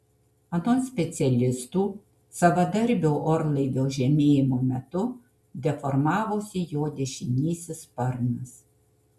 anot specialistų savadarbio orlaivio žemėjimo metu deformavosi jo dešinysis sparnas